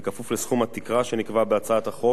ובכפוף לסכום התקרה שנקבע בהצעת החוק.